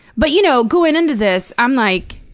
but you know going into this, i'm like.